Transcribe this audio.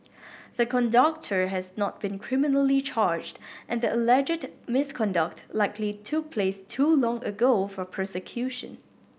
the conductor has not been criminally charged and the alleged misconduct likely took place too long ago for prosecution